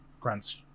grunts